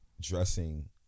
dressing